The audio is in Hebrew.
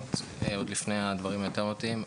הטכנית עוד לפני הדברים המהותיים,